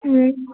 ఆ